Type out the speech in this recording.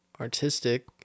artistic